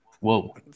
Whoa